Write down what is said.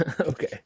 okay